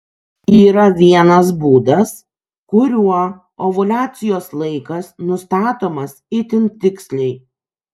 yra vienas būdas kuriuo ovuliacijos laikas nustatomas itin tiksliai